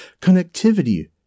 connectivity